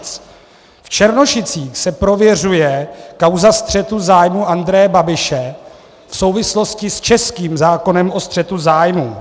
V Černošicích se prověřuje kauza střetu zájmů Andreje Babiše v souvislosti s českým zákonem o střetu zájmů.